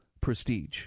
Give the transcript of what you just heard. prestige